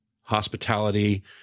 hospitality